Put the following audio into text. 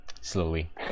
slowly